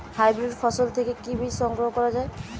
Hybrid ফসল থেকে কি বীজ সংগ্রহ করা য়ায়?